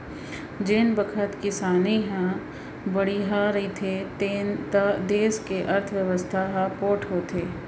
जेन बखत किसानी ह बड़िहा रहिथे त देस के अर्थबेवस्था ह पोठ होथे